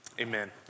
amen